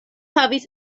havis